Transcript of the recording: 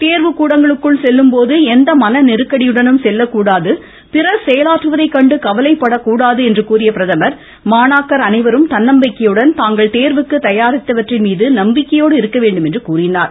தேர்வு கூடங்களுக்குள் செல்லும் போது எந்த மன நெருக்கடியுடனும் செல்லக்கூடாது பிறர் செயலாற்றுவதை கண்டு கவலைப்படக்கூடாது என்று கூறிய பிரதமா மாணாக்கா் அனைவரும் தன்னம்பிக்கையுடன் தாங்கள் தேர்வுக்கு தயாரித்தவற்றின் மீது நம்பிக்கையோடு இருக்க வேண்டும் என்று குறிப்பிட்டார்